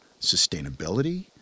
sustainability